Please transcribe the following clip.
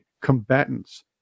combatants